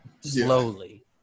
slowly